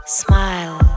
smile